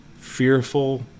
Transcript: Fearful